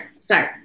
Sorry